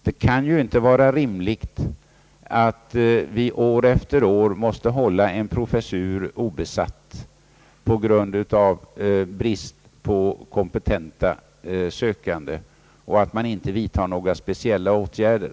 Det kan ju inte vara rimligt att vi år efter år måste hålla en professur obesatt på grund av brist på kompetenta sökande och att det inte vidtas några speciella åtgärder.